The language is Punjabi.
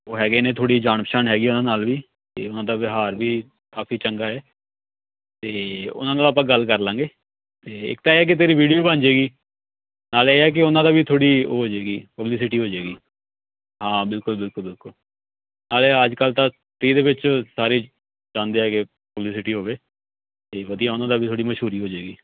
ਉਹ ਹੈਗੇ ਨੇ ਥੋੜ੍ਹੀ ਜਾਣ ਪਛਾਣ ਹੈਗੀ ਉਨ੍ਹਾਂ ਨਾਲ ਵੀ ਅਤੇ ਉਨ੍ਹਾਂ ਦਾ ਵਿਹਾਰ ਵੀ ਕਾਫ਼ੀ ਚੰਗਾ ਹੈ ਅਤੇ ਉਨ੍ਹਾਂ ਨਾਲ ਆਪਾਂ ਗੱਲ ਕਰਲਾਂਗੇ ਅਤੇ ਇੱਕ ਤਾਂ ਇਹ ਕਿ ਤੇਰੀ ਵੀਡੀਓ ਬਣ ਜਾਵੇਗੀ ਨਾਲੇ ਇਹ ਕਿ ਉਨ੍ਹਾਂ ਦਾ ਵੀ ਥੋੜ੍ਹੀ ਉਹ ਹੋਜੇਗੀ ਪਬਲੀਸਿਟੀ ਹੋਜੇਗੀ ਹਾਂ ਬਿਲਕੁਲ ਬਿਲਕੁਲ ਬਿਲਕੁਲ ਨਾਲੇ ਅੱਜ ਕੱਲ੍ਹ ਤਾਂ ਫ੍ਰੀ ਦੇ ਵਿੱਚ ਸਾਰੇ ਚਾਹੁੰਦੇ ਹੈਗੇ ਪਬਲੀਸਿਟੀ ਹੋਵੇ ਅਤੇ ਵਧੀਆ ਉਨ੍ਹਾਂ ਦਾ ਵੀ ਥੋੜ੍ਹੀ ਮਸ਼ਹੂਰੀ ਹੋਜੇਗੀ